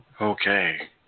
Okay